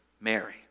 Mary